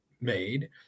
made